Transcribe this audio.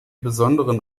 besonderen